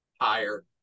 Higher